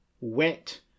wet